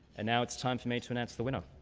and now it's time for me to announce the winner.